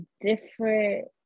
different